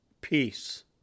peace